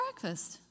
breakfast